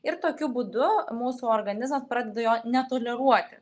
ir tokiu būdu mūsų organizmas pradeda jo netoleruoti